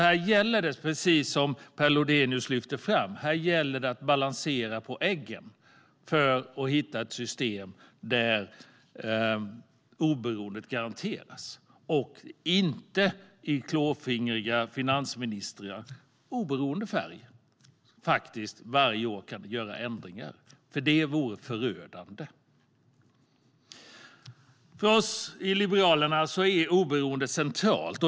Här gäller det alltså, precis som Per Lodenius lyfte fram, att balansera på eggen för att hitta ett system där oberoendet garanteras och där inte klåfingriga finansministrar - oberoende av färg - varje år kan göra ändringar. Det vore förödande. För oss i Liberalerna är oberoendet centralt.